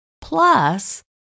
plus